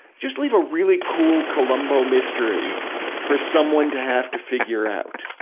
just leave a really cool columbo mystery for someone to have to figure out.